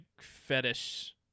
fetish